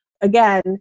Again